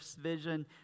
vision